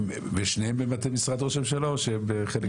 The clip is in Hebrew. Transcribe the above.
וזו גם